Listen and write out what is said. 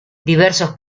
diversos